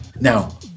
Now